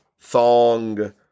thong